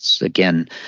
again